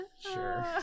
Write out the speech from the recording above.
sure